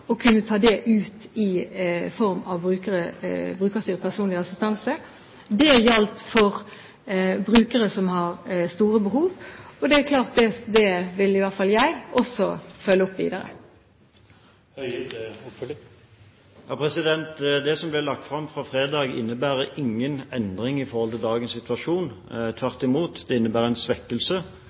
å kunne ta det ut i form av brukerstyrt personlig assistanse. Det gjaldt for brukere som har store behov. Det er klart at det vil også jeg følge opp videre. Det som ble lagt fram på fredag, innebærer ingen endring i forhold til dagens situasjon. Tvert imot innebærer det en svekkelse.